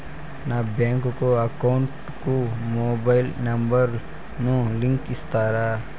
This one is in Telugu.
నా బ్యాంకు అకౌంట్ కు మొబైల్ నెంబర్ ను లింకు చేస్తారా?